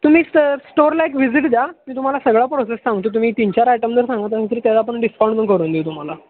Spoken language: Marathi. तुम्ही सर स्टोअरला एक व्हिजिट द्या मी तुम्हाला सगळा प्रोसेस सांगतो तुम्ही तीन चार आयटम जर सांगत असाल तर त्याला आपण डिस्काउंट पण करून देऊ तुम्हाला